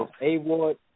A-Ward